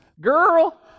girl